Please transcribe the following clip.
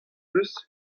eus